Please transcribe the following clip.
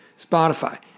Spotify